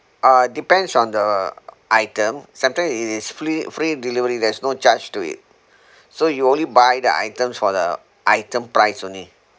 uh depends on the item sometimes it is free free delivery there's no charge to it so you only buy the items for the item price only